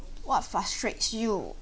what frustrates you